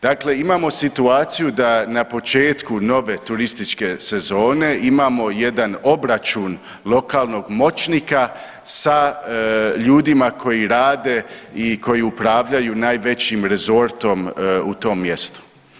Dakle, imamo situaciju da na početku nove turističke sezone imamo jedan obračun lokalnog moćnika sa ljudima koji rade i koji upravljaju najvećim resortom u tom mjestu.